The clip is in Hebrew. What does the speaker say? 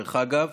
דרך אגב,